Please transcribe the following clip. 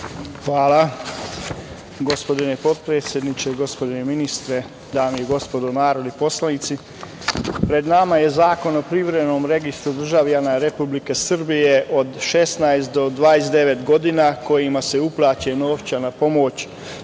Hvala. Gospodine potpredsedniče, gospodine ministre, dame i gospodo narodni poslanici, pred nama je Zakon o privremenom registru državljana Republike Srbije od 16 do 19 godina, kojima se uplaćuje novčana pomoć